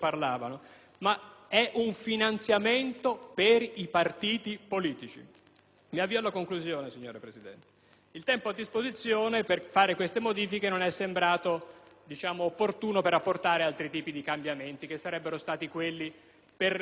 Avviandomi a concludere, signora Presidente, il tempo a disposizione per fare queste modifiche non è sembrato opportuno per apportare altri tipi di cambiamenti, che sarebbero stati quelli per legare - e questo sarebbe stato l'unico modo di mandare finalmente degli europarlamentari dalla Sardegna